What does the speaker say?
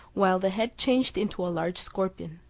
while the head changed into a large scorpion.